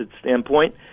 standpoint